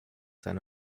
seine